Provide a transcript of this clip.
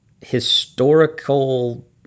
historical